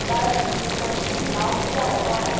ਬਸ ਠੀਕ ਆ ਤੁਸੀਂ ਸੁਣਾਓ ਕੀ ਹਾਲ ਹੈ ਤੁਹਾਡਾ